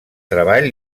treball